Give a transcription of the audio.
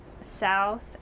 south